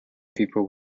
people